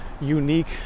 unique